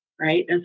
Right